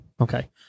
Okay